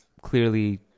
clearly